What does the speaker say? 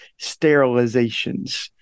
sterilizations